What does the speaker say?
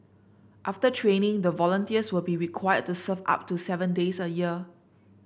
after training the volunteers will be required to serve up to seven days a year